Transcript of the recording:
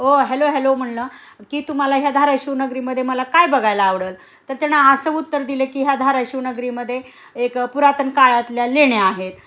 ओ hello hello म्हटलं की तुम्हाला ह्या धारशिवनगरीमध्ये मला काय बघायला आवडेल तर त्यानं असं उत्तर दिलं की ह्या धाराशिव नगरीमध्ये एक पुरातन काळातल्या लेण्या आहेत